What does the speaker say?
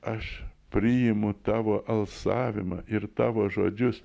aš priimu tavo alsavimą ir tavo žodžius